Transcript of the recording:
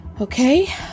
Okay